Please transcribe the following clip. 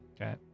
Okay